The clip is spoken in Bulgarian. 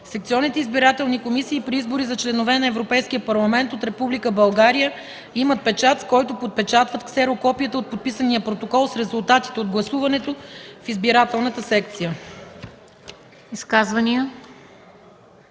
Секционните избирателни комисии при избори за членове на Европейския парламент от Република България имат печат, с който подпечатват ксерокопията от подписания протокол с резултатите от гласуването в избирателната секция.”